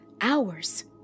hours